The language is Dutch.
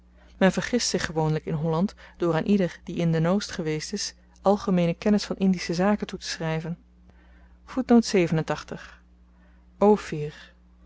men vergist zich gewoonlijk in holland door aan ieder die in de n oost geweest is algemeene kennis van indische zaken toe te schryven